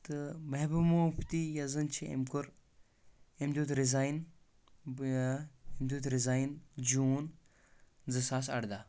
تہٕ محبوبا مفتی یۄس زن چھِ أمۍ کوٚر أمۍ دِیُت رِزاین اۭ أمۍ دِیُت رِزاین جون زٕ ساس اردہ